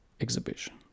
exhibition